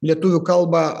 lietuvių kalbą